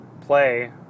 play